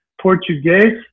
Portuguese